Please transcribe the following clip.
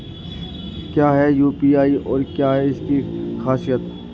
क्या है यू.पी.आई और क्या है इसकी खासियत?